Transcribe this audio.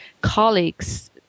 colleagues